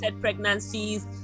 pregnancies